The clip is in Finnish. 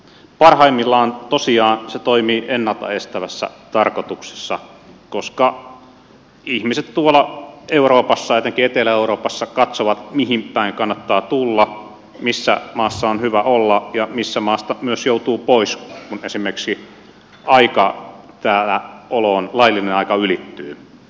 parhaimmillaan tosiaan se toimii ennalta estävässä tarkoituksessa koska ihmiset tuolla euroopassa etenkin etelä euroopassa katsovat mihin päin kannattaa tulla missä maassa on hyvä olla ja mistä maasta myös joutuu pois kun esimerkiksi laillinen aika täällä oloon ylittyy